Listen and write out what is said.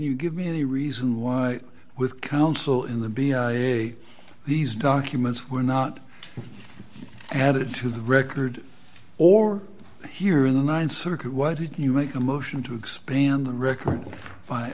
you give me any reason why with counsel in the being a these documents were not added to his record or here in the th circuit why did you make a motion to expand the record by